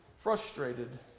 frustrated